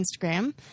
Instagram